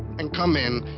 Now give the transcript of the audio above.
and come in,